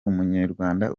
umunyarwanda